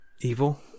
evil